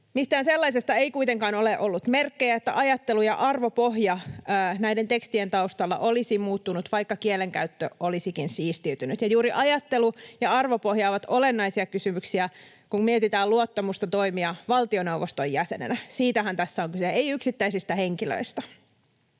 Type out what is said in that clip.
Mistään sellaisesta ei kuitenkaan ole ollut merkkejä, että ajattelu‑ ja arvopohja näiden tekstien taustalla olisi muuttunut, vaikka kielenkäyttö olisikin siistiytynyt, ja juuri ajattelu ja arvopohja ovat olennaisia kysymyksiä, kun mietitään luottamusta toimia valtioneuvoston jäsenenä. Siitähän tässä on kyse, ei yksittäisistä henkilöistä.